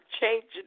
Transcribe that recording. changing